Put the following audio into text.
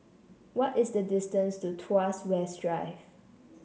what is the distance to Tuas West Drive